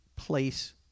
place